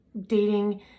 dating